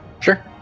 Sure